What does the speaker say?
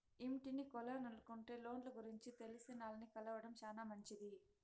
ఇంటిని కొనలనుకుంటే లోన్ల గురించి తెలిసినాల్ని కలవడం శానా మంచిది